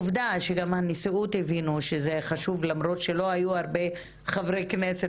עובדה שגם בנשיאות הבינו שזה חשוב למרות שלא היו הרבה חברי כנסת,